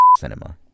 cinema